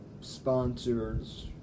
sponsors